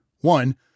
One